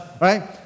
right